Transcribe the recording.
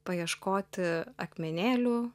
paieškoti akmenėlių